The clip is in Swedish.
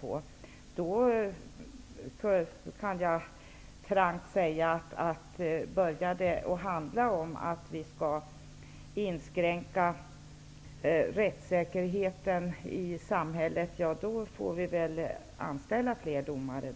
Jag kan frankt säga: Börjar det bli fråga om att inskränka rättssäkerheten i samhället får vi anställa fler domare.